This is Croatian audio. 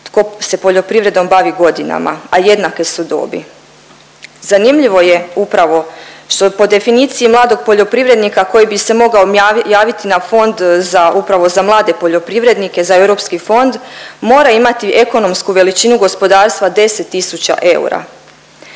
tko se poljoprivrednom bavi godinama, a jednake su dobi. Zanimljivo je upravo što po definiciji mladog poljoprivrednika koji bi se mogao javiti na fond za upravo za mlade poljoprivrednike za europski fond mora imati ekonomsku veličinu gospodarstva 10 tisuća eura.